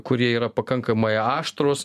kurie yra pakankamai aštrūs